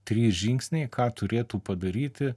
trys žingsniai ką turėtų padaryti